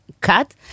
cut